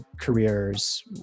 careers